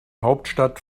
hauptstadt